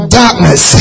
darkness